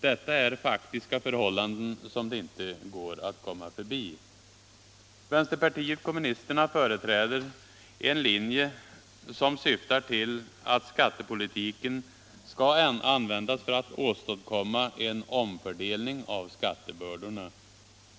Detta är faktiska förhållanden som det inte går att komma förbi. Vänsterpartiet kommunisterna företräder en linje som syftar till att skattepolitiken skall användas för att åstadkomma en omfördelning av skattebördorna.